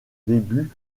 début